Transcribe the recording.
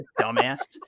Dumbass